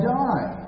die